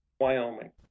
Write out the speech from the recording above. Wyoming